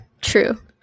True